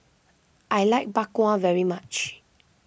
I like Bak Kwa very much